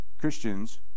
Christians